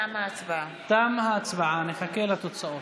תמה ההצבעה, נחכה לתוצאות.